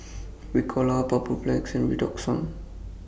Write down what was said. Ricola Papulex and Redoxon